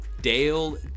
Dale